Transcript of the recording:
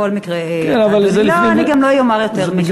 בכל מקרה אני לא אדבר יותר משלוש דקות.